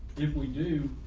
if we do